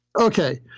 okay